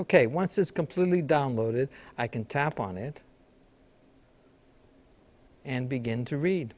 ok once is completely downloaded i can tap on it and begin to read